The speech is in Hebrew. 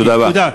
תודה.